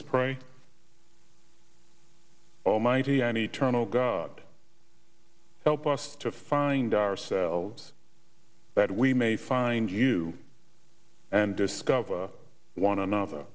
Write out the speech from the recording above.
us pray almighty an eternal god help us to find ourselves that we may find you and discover one another